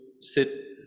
sit